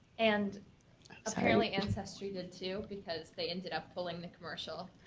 and apparently ancestry did too because they ended up pulling the commercial.